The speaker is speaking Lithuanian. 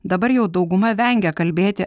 dabar jau dauguma vengia kalbėti